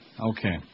Okay